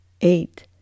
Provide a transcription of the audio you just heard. eight